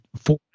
four